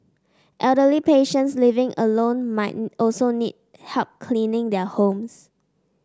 elderly patients living alone might also need help cleaning their homes